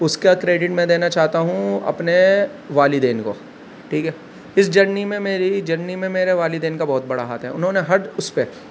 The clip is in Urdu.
اس کا کریڈٹ میں دینا چاہتا ہوں اپنے والدین کو ٹھیک ہے اس جرنی میں میری جرنی میں میرے والدین کا بہت بڑا ہاتھ ہے انہوں نے ہر اس پہ